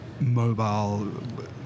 mobile